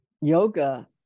yoga